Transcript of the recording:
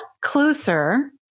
closer